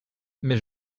mais